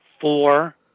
four